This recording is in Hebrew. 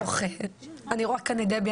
אני רואה כאן את דבי,